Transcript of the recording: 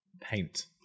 paint